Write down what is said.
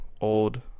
old